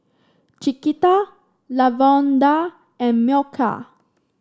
Chiquita Lavonda and Mykel